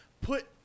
put